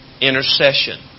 intercession